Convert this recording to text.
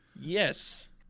Yes